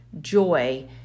joy